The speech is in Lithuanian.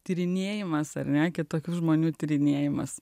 tyrinėjimas ar ne kitokių žmonių tyrinėjimas